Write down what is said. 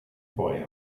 boy